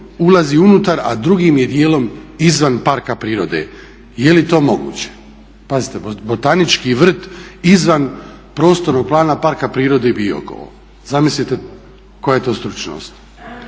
ulazi unutar, a drugim je dijelom izvan parka prirode. Je li to moguće? Pazite, botanički vrt izvan Prostornog plana Parka prirode Biokovo. Zamislite koja je to stručnost.